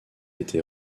été